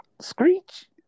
Screech